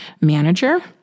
manager